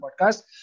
Podcast